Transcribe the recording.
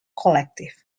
collective